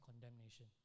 condemnation